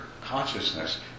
consciousness